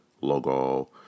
logo